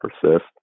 persist